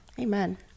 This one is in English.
Amen